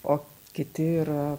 o kiti yra